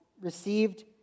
received